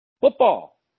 football